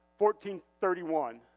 14:31